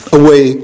away